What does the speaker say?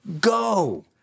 go